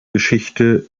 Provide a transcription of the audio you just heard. geschichte